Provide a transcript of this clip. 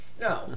No